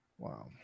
Wow